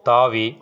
தாவி